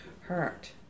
hurt